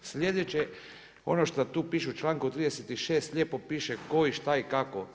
Sljedeće ono što tu piše u članku 36, lijepo piše tko i šta i kako.